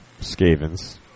Skavens